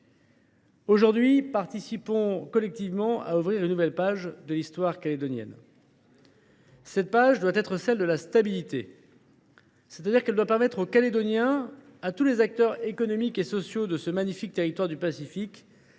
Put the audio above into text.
Aujourd’hui, nous participons tous à écrire une nouvelle page de l’histoire calédonienne. Cette page doit être celle de la stabilité : elle doit permettre aux Calédoniens et à tous les acteurs économiques et sociaux de ce magnifique territoire du Pacifique